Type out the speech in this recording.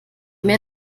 mehr